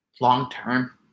long-term